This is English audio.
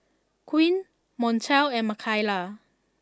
Queen Montel and Makaila